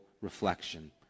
reflection